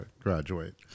graduate